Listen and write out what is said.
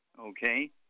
Okay